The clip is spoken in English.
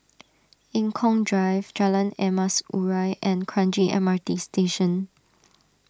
Eng Kong Drive Jalan Emas Urai and Kranji M R T Station